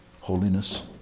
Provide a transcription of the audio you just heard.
holiness